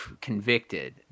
convicted